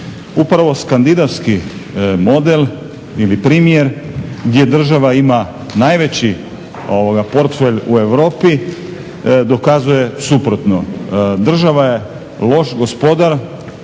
Upravo skandinavski model ili primjer gdje država ima najveći portfelj u Europi dokazuje suprotno. Država je loš gospodar